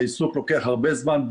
העיסוק לוקח הרבה זמן.